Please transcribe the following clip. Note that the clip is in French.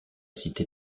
cité